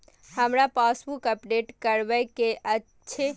हमरा passbook update करैबे के अएछ?